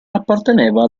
apparteneva